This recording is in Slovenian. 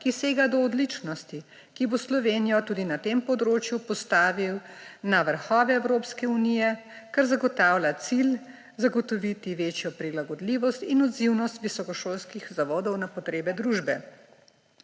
ki sega do odličnosti, ki bo Slovenijo tudi na tem področju postavil na vrhove Evropske unije, kar zagotavlja cilj zagotoviti večjo prilagodljivost in odzivnost visokošolskih zavodov na potrebe družbe.